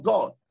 God